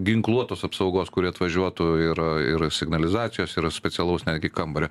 ginkluotos apsaugos kuri atvažiuotų ir ir signalizacijos ir specialaus netgi kambario